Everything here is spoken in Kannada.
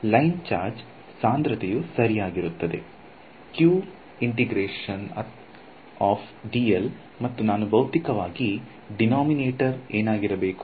ಲೈನ್ ಚಾರ್ಜ್ ಸಾಂದ್ರತೆಯು ಸರಿಯಾಗಿರುತ್ತದೆ 𝜌∫dl ಮತ್ತು ನಾನು ಭೌತಿಕವಾಗಿ ದಿನೊಮಿನಾಟೋರ್ ಏನಾಗಿರಬೇಕು